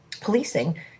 policing